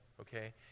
Okay